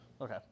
Okay